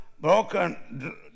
broken